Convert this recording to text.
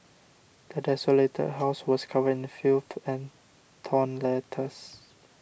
the desolated house was covered in filth and torn letters